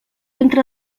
entre